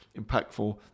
impactful